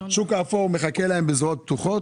והוא מחכה להם בזרועות פתוחות.